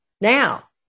now